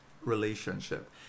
relationship